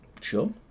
Sure